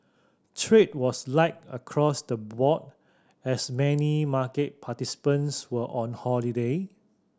trade was light across the board as many market participants were on holiday